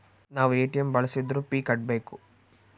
ನಾವ್ ಎ.ಟಿ.ಎಂ ಬಳ್ಸಿದ್ರು ಫೀ ಕಟ್ಬೇಕು